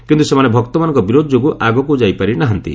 କିନ୍ତୁ ସେମାନେ ଭକ୍ତମାନଙ୍କ ବିରୋଧ ଯୋଗୁଁ ଆଗକୁ ଯାଇପାରି ନାହାନ୍ତି